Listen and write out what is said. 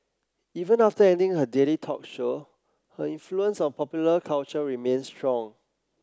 even after ending her daily talk show her influence on popular culture remains strong